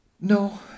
no